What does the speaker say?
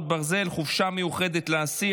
(סיוע משפטי לניצולי שואה),